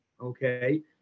okay